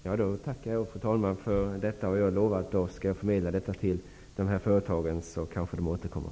Fru talman! Jag tackar för detta, och jag lovar att jag skall förmedla detta till dessa företag, så kanske de återkommer.